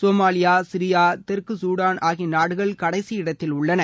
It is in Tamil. சோமாலியா சிரியா தெற்கு சூடான் ஆகிய நாடுகள் கடைசி இடத்தில் உள்ளன